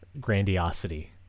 grandiosity